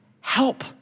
help